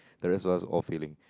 the rest of us all failing